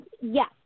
yes